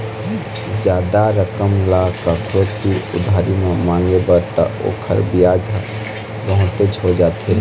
जादा रकम ल कखरो तीर उधारी म मांगबे त ओखर बियाज ह बहुतेच हो जाथे